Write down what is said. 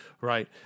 right